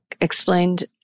explained